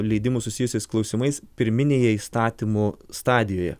leidimu susijusiais klausimais pirminėje įstatymų stadijoje